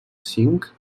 cinc